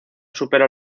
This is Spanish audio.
supera